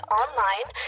online